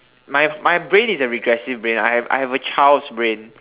my my brain is a regressive brain I have I have a child's brain